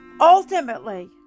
Ultimately